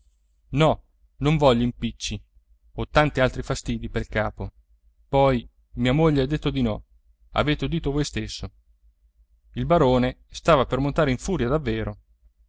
no non voglio impicci ho tanti altri fastidi pel capo poi mia moglie ha detto di no avete udito voi stesso il barone stava per montare in furia davvero